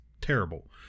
terrible